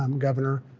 um governor?